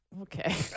Okay